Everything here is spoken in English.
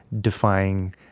defying